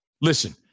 listen